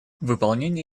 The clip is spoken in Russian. выполнение